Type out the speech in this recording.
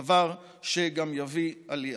דבר שגם יביא עלייה.